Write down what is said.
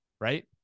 Right